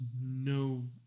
no